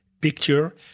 picture